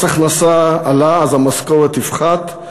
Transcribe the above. מס ההכנסה עלה, אז המשכורת תפחת.